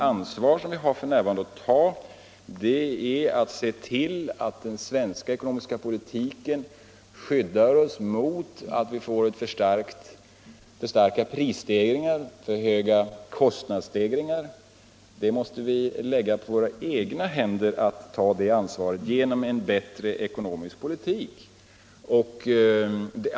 F. n. måste vi se till att vi inte får alltför stora prisoch kostnadsstegringar, och det måste vi själva ta ansvar för genom att föra en bättre ekonomisk politik.